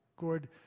Gord